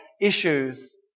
issues